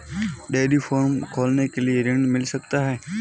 Dairy farm खोलने के लिए ऋण मिल सकता है?